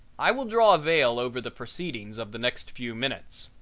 i will draw a veil over the proceedings of the next few minutes.